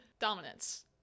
dominance